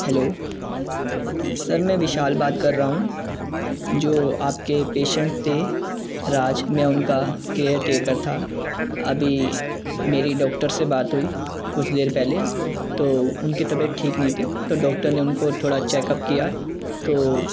hello sir میں وشال بات کر رہا ہوں جو آپ کے پیشنٹ تھے راج میں ان کا کیئر ٹیکر تھا ابھی میری ڈاکٹر سے بات ہوئی کچھ دیر پہلے تو ان کی طبیعت ٹھیک نہیں تھی تو ڈاکٹر نے ان کو تھوڑا چیک اپ کیا تو